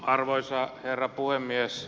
arvoisa herra puhemies